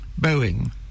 Boeing